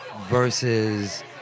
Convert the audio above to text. versus